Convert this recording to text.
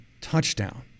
touchdown